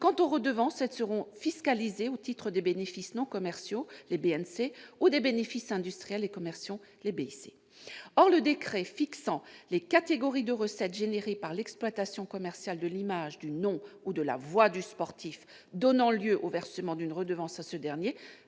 Quant aux redevances, elles seront fiscalisées au titre des bénéfices non commerciaux, les BNC, ou des bénéfices industriels et commerciaux, les BIC. Or le décret fixant « les catégories de recettes générées par l'exploitation commerciale de l'image, du nom ou de la voix du sportif donnant lieu au versement d'une redevance à ce dernier